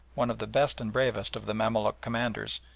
one of the best and bravest of the mamaluk commanders,